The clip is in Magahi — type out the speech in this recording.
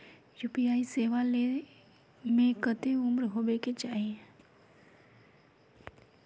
यु.पी.आई सेवा ले में कते उम्र होबे के चाहिए?